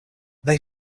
they